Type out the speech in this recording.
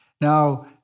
Now